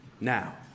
now